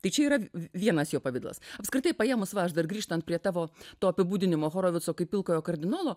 tai čia yra vienas jo pavidalas apskritai paėmus va aš dar grįžtant prie tavo to apibūdinimo horovico kaip pilkojo kardinolo